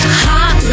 hot